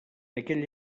aquella